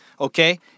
Okay